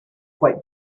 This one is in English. quite